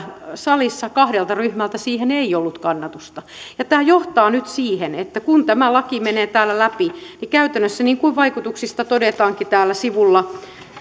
salissa kahdelta ryhmältä sille ei ollut kannatusta ja tämä johtaa nyt siihen että kun tämä laki menee täällä läpi niin käytännössä niin kuin vaikutuksista todetaankin tällä sivulla jolla